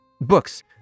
Books